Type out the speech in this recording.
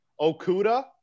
Okuda